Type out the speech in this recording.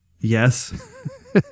Yes